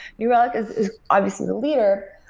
new relic is is obviously the leader.